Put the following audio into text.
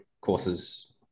courses